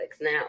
now